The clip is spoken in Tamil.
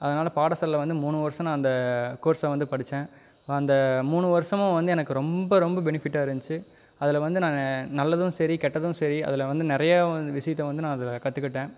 அதனால் பாடசாலையில வந்து மூனு வருஷம் நான் அந்த கோர்ஸை வந்து படித்தேன் அந்த மூணு வருஷமும் வந்து எனக்கு ரொம்ப ரொம்ப பெனிஃபிட்டாக இருந்துச்சு அதில் வந்து நான் நல்லதும் சரி கெட்டதும் சரி அதில் வந்து நிறையா விஷயத்தை வந்து நான் அதில் கற்றுக்கிட்டேன்